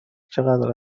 چقدر